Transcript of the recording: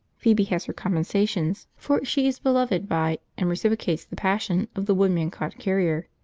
phoebe has her compensations, for she is beloved by, and reciprocates the passion of, the woodmancote carrier,